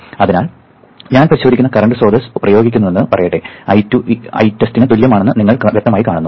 അതിനാൽ ഞാൻ പരിശോധിക്കുന്ന കറൻറ് സ്രോതസ് പ്രയോഗിക്കുന്നുവെന്ന് പറയട്ടെ I2 Itest ന് തുല്യമാണെന്ന് നിങ്ങൾ വ്യക്തമായി കാണുന്നു